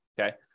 Okay